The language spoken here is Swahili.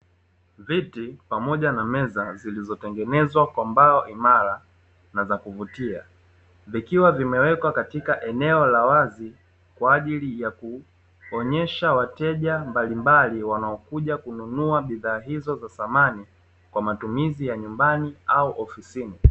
Viti pamoja na meza zilizotengenezwa kwa mbao imara na za kuvutia, vikiwa vimewekwa katika eneo la wazi, kwa ajili ya kuwaonyesha wateja mbalimbali wanaokuja kununua bidhaa hizo za samani kwa matumizi ya nyumbani au ofisini.